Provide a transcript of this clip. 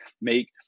make